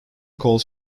calls